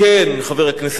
חבר הכנסת חנין,